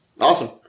Awesome